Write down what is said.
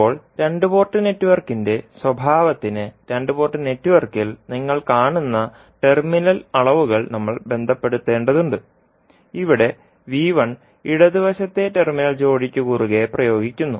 ഇപ്പോൾ രണ്ട് പോർട്ട് നെറ്റ്വർക്കിന്റെ സ്വഭാവത്തിന് രണ്ട് പോർട്ട് നെറ്റ്വർക്കിൽ നിങ്ങൾ കാണുന്ന ടെർമിനൽ അളവുകൾ നമ്മൾ ബന്ധപ്പെടുത്തേണ്ടതുണ്ട് ഇവിടെ ഇടത് വശത്തെ ടെർമിനൽ ജോഡിക്ക് കുറുകെ പ്രയോഗിക്കുന്നു